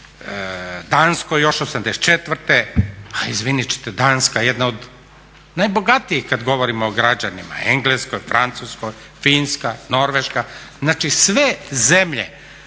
u Danskoj još '84., a izvinut ćete Danska je jedna od najbogatijih kad govorimo o građanima, Engleskoj, Francuskoj, Finska, Norveška. Znači, sve zemlje